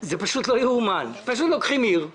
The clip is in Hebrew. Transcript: לפחות לגבי תלמידי התיכון,